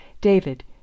David